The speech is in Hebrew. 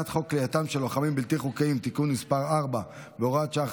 כליאתם של לוחמים בלתי חוקיים (תיקון מס' 4 והוראת שעה,